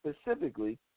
specifically